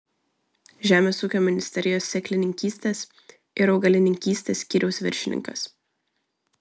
žemės ūkio ministerijos sėklininkystės ir augalininkystės skyriaus viršininkas